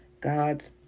God's